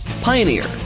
Pioneer